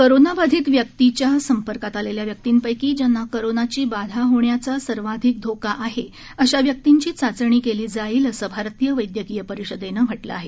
कोरोनाबाधित व्यक्तीच्या संपर्कात कोरोनाबाधिताच्या संपर्कात आलेल्या व्यक्तींपक्षी ज्यांना कोरोनाची बाधा होण्याचा सर्वाधिक धोका आहे अशा व्यक्तींची चाचणी केली जाईल असं भारतीय वद्धकीय परिषदेनं म्हटलं आहे